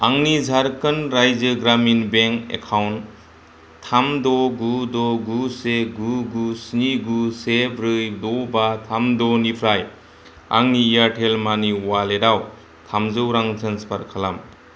आंनि Jharkhand Rajya Gramin bank account थाम द' गु द' गु से गु गु स्नि गु से ब्रै द' बा थाम द' निफ्राय आंनि एयारटेल मानि अवालेटाव थामजौ रां ट्रेन्सफार खालाम